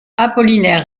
apollinaire